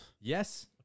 Yes